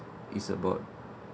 is about